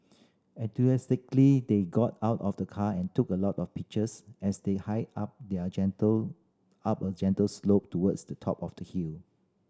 enthusiastically they got out of the car and took a lot of pictures as they hiked up the a gentle up a gentle slope towards the top of the hill